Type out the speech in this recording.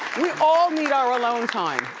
we all need our alone time.